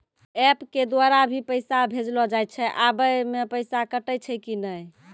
App के द्वारा भी पैसा भेजलो जाय छै आबै मे पैसा कटैय छै कि नैय?